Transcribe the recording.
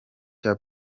cya